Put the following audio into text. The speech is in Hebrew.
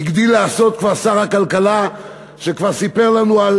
הגדיל לעשות שר הכלכלה שכבר סיפר לנו על